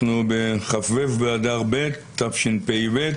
אנחנו בכ"ו באדר ב' תשפ"ב,